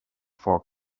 for